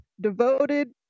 devoted